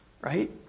right